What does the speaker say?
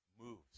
moves